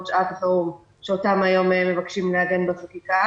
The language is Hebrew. שעת החירום שאותם מבקשים לעגן בחקיקה.